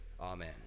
Amen